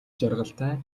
жаргалтай